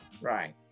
right